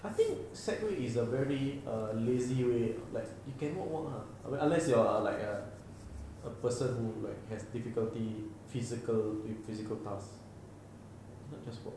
I think segway is a very err lazy way like you can walk walk ah I mean unless you are like a a person who has difficulty with physical physical task if not just walk